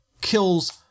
kills